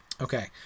Okay